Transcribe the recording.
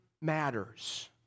matters